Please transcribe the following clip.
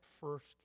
first